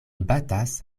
batas